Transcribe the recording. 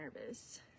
nervous